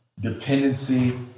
dependency